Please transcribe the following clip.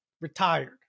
retired